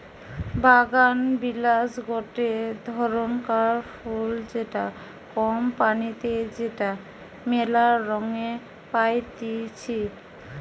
বাগানবিলাস গটে ধরণকার ফুল যেটা কম পানিতে যেটা মেলা রঙে পাইতিছি